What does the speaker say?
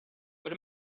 what